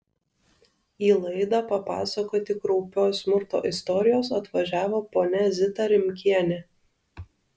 į laidą papasakoti kraupios smurto istorijos atvažiavo ponia zita rimkienė